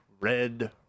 Red